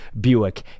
Buick